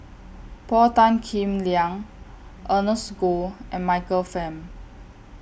Paul Tan Kim Liang Ernest Goh and Michael Fam